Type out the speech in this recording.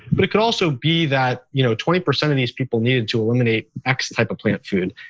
but it could also be that you know twenty percent of these people needed to eliminate x type of plant food.